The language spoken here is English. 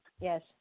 Yes